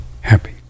happy